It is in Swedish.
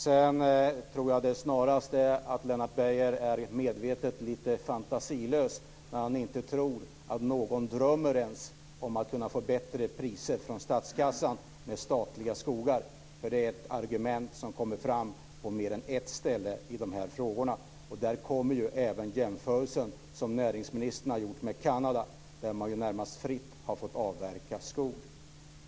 Sedan tror jag snarast att Lennart Beijer medvetet är lite fantasilös när han inte tror att någon ens drömmer om att kunna få bättre priser från statskassan med statliga skogar. Det är nämligen ett argument som kommer fram på mer än ett ställe i de här frågorna. Här kommer även den jämförelse som näringsministern har gjort med Kanada in, där man närmast fritt har fått avverka skog.